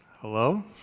Hello